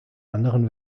anderen